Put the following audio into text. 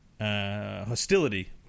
Hostility